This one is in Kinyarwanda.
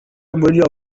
mourinho